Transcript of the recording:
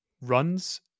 runs